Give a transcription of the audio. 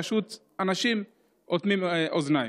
פשוט אנשים אוטמים אוזניים.